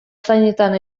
zainetan